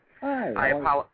Hi